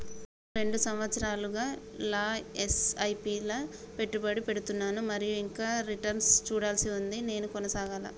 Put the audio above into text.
నేను రెండు సంవత్సరాలుగా ల ఎస్.ఐ.పి లా పెట్టుబడి పెడుతున్నాను మరియు ఇంకా రిటర్న్ లు చూడాల్సి ఉంది నేను కొనసాగాలా?